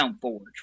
Forge